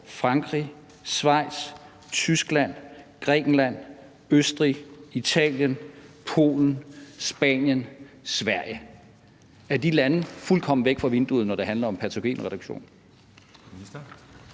Frankrig, Schweiz, Tyskland, Grækenland, Østrig, Italien, Polen, Spanien og Sverige. Er de lande fuldstændig væk fra vinduet, når det handler om patogenreduktion?